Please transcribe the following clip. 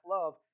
love